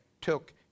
took